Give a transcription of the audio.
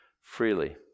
freely